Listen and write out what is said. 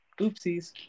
oopsies